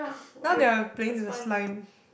now they're playing with the slime